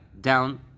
down